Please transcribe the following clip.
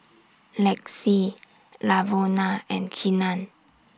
Lexi Lavona and Keenan